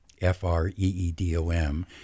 f-r-e-e-d-o-m